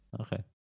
Okay